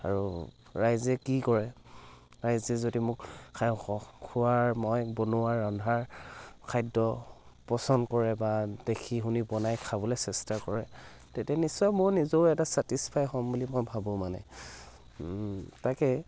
আৰু ৰাইজে কি কৰে ৰাইজে যদি মোক খাই খোৱাৰ মই বনোৱাৰ ৰন্ধাৰ খাদ্য পচন্দ কৰে বা দেখি শুনি বনাই খাবলৈ চেষ্টা কৰে তেতিয়া নিশ্চয় মোৰ নিজৰো এটা ছেটিস্ফাই হ'ম বুলি মই ভাবোঁ মানে তাকে